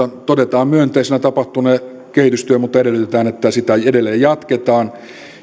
todetaan myönteisenä tapahtunut kehitystyö mutta edellytetään että sitä edelleen jatketaan